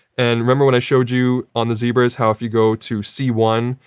and, remember when i showed you, on the zebras, how if you go to c one,